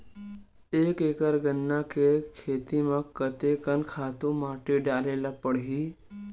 एक एकड़ गन्ना के खेती म कते कन खातु माटी डाले ल पड़ही?